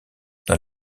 dans